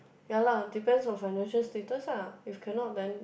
ya lah depends on financial status ah if cannot then